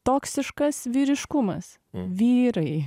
toksiškas vyriškumas vyrai